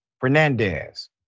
Fernandez